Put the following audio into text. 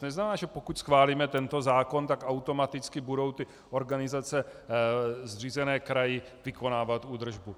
To neznamená, že pokud schválíme tento zákon, tak automaticky budou organizace zřízené krajem vykonávat údržbu.